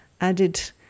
added